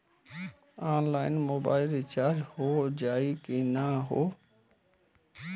Online mobile recharge हो जाई की ना हो?